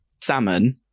salmon